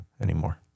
anymore